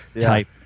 type